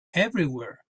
everywhere